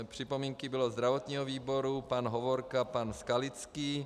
Připomínky byly ve zdravotním výboru pan Hovorka a pan Skalický.